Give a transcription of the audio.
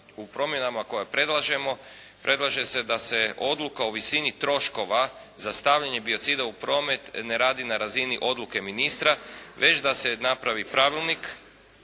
u promjenama koje predlažemo, predlaže se da se odluka o visini troškova za stavljanje biocida u promet ne radi na razini odluke ministra, već da se napravi pravilnik